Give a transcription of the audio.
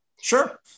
Sure